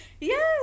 Yes